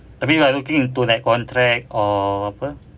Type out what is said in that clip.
tapi like looking into like contract or apa